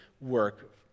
work